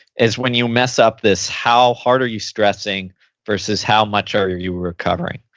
is when you mess up this how hard are you stressing versus how much are you recovering?